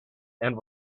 and